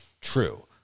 true